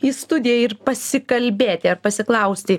į studiją ir pasikalbėti ar pasiklausti